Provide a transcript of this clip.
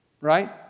right